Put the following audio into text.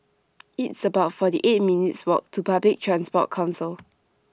It's about forty eight minutes' Walk to Public Transport Council